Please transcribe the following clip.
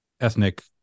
ethnic